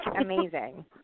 amazing